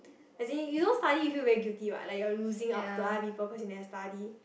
as in you don't study if you feel very guilty what like you're losing out to other people cause you never study